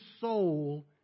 soul